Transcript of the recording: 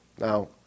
Now